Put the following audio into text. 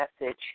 message